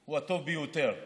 היא הטובה ביותר בעיניי.